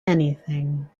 anything